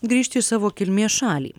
grįžti į savo kilmės šalį